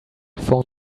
phone